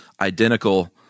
identical